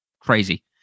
Crazy